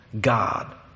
God